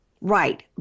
Right